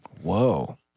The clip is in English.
Whoa